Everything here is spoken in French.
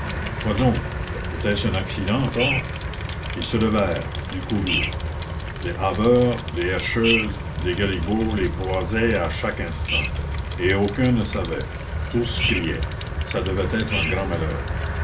quoi donc était-ce un accident encore ils se levèrent ils coururent des haveurs des herscheuses des galibots les croisaient à chaque instant et aucun ne savait tous criaient ça devait être un grand malheur